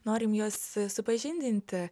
norim juos supažindinti